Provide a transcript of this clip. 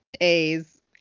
A's